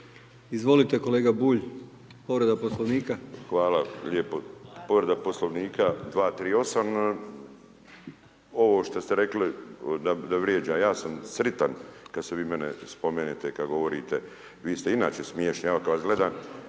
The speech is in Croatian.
Izvolite kolega Bulj, povreda Poslovnika. **Bulj, Miro (MOST)** Hvala lijepo. Povreda Poslovnika 238. Ovo što ste rekli da vrijeđam. Ja sam sretan kada se vi mene spomenete kada govorite. Vi ste inače smiješni. Ja kada vas gledam,